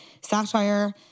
satire